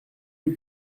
rue